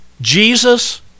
Jesus